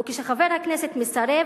וכשחבר הכנסת מסרב,